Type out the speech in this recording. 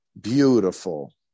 beautiful